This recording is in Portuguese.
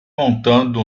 montando